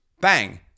Bang